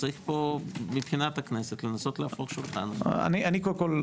קודם כל,